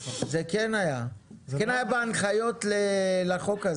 בהנחיות לחוק הזה.